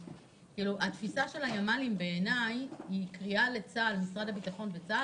התפיסה של הימ"לים בעיני היא קריאה למשרד הביטחון וצה"ל,